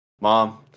mom